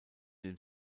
dem